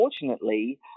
unfortunately